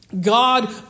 God